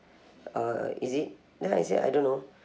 uh is it then I said I don't know